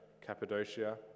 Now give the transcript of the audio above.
Cappadocia